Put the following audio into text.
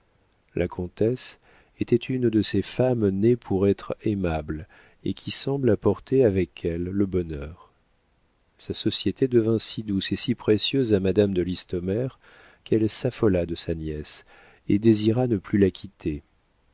la comtesse était une de ces femmes nées pour être aimables et qui semblent apporter avec elles le bonheur sa société devint si douce et si précieuse à madame de listomère qu'elle s'affola de sa nièce et désira ne plus la quitter